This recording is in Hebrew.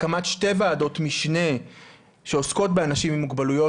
הקמת שתי ועדות משנה שעוסקות באנשים עם מוגבלויות